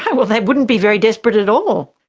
well, they wouldn't be very desperate at all?